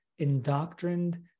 indoctrined